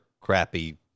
crappy